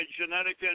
genetic